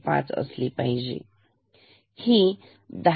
5 असली पाहिजेही 10